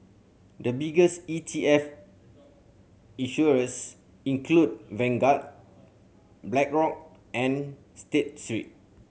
the biggest E T F issuers include Vanguard Blackrock and State Street